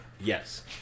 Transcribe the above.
Yes